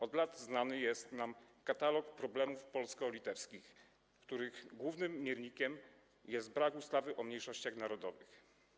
Od lat znany jest nam katalog problemów polsko-litewskich, których głównym miernikiem jest brak ustawy o mniejszościach narodowych.